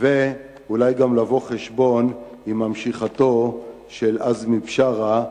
ואולי גם לבוא חשבון עם ממשיכתו של עזמי בשארה.